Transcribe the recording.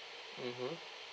mmhmm